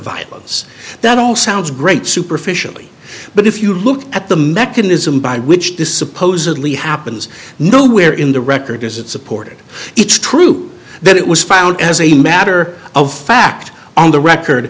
violence that all sounds great superficially but if you look at the mechanism by which this supposedly happens nowhere in the record is it supported it's true that it was found as a matter of fact on the record